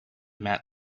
matt